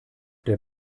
der